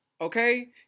okay